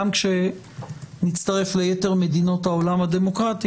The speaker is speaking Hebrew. גם כשנצטרף ליתר מדינות העולם הדמוקרטי